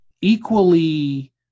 equally